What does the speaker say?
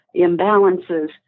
imbalances